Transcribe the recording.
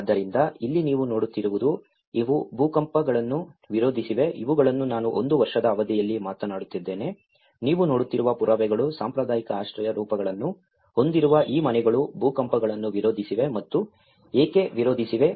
ಆದ್ದರಿಂದ ಇಲ್ಲಿ ನೀವು ನೋಡುತ್ತಿರುವುದು ಇವು ಭೂಕಂಪಗಳನ್ನು ವಿರೋಧಿಸಿವೆ ಇವುಗಳನ್ನು ನಾನು ಒಂದು ವರ್ಷದ ಅವಧಿಯಲ್ಲಿ ಮಾತನಾಡುತ್ತಿದ್ದೇನೆ ನೀವು ನೋಡುತ್ತಿರುವ ಪುರಾವೆಗಳು ಸಾಂಪ್ರದಾಯಿಕ ಆಶ್ರಯ ರೂಪಗಳನ್ನು ಹೊಂದಿರುವ ಈ ಮನೆಗಳು ಭೂಕಂಪಗಳನ್ನು ವಿರೋಧಿಸಿವೆ ಮತ್ತು ಏಕೆ ವಿರೋಧಿಸಿವೆ